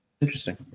Interesting